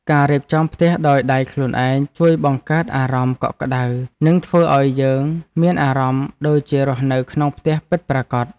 ការរៀបចំផ្ទះដោយដៃខ្លួនឯងជួយបង្កើតអារម្មណ៍កក់ក្ដៅនិងធ្វើឱ្យយើងមានអារម្មណ៍ដូចជារស់នៅក្នុងផ្ទះពិតប្រាកដ។